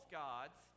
gods